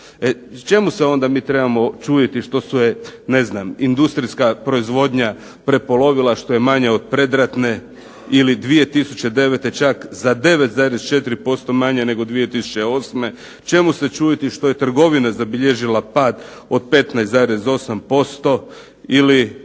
Čemu se onda mi trebamo čuditi što se je, ne znam, industrijska proizvodnja prepolovila, što je manja od predratne? Ili 2009. čak za 9,4% manja nego 2008. Čemu se čuditi što je trgovina zabilježila pad od 15,8% ili,